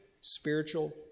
spiritual